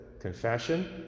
confession